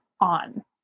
on